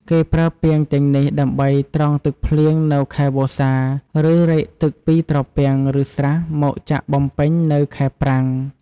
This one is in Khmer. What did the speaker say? គេប្រើពាងទាំងនេះដើម្បីត្រងទឹកភ្លៀងនៅខែវស្សា ឬ រែកទឹកពីត្រពាំង ឬស្រះមកចាក់បំពេញនៅខែប្រាំង។